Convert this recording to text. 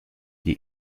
die